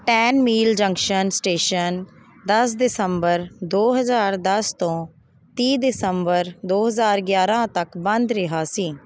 ten mile junction station ਦਸ ਦਸੰਬਰ ਦੋ ਹਜ਼ਾਰ ਦਸ ਤੋਂ ਤੀਹ ਦਸੰਬਰ ਦੋ ਹਜ਼ਾਰ ਗਿਆਰਾਂ ਤੱਕ ਬੰਦ ਰਿਹਾ ਸੀ